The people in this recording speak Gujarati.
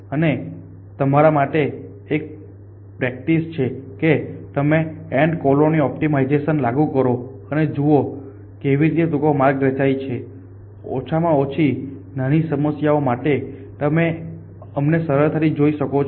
અને તમારા માટે એક પ્રેક્ટિસ છે કે તમે એન્ટ કોલોની ઓપ્ટિમાઇઝેશન લાગુ કરો અને જુઓ કે કેવી રીતે ટૂંકો માર્ગ રચાય છે ઓછામાં ઓછી નાની સમસ્યાઓ માટે તમે અમને સરળતાથી જોઈ શકો છો